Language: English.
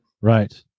Right